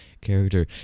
character